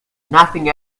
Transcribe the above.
nothing